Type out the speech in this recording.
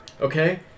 okay